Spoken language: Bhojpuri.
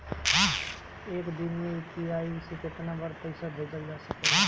एक दिन में यू.पी.आई से केतना बार पइसा भेजल जा सकेला?